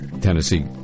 Tennessee